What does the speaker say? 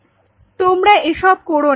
তোমরা এসব করো না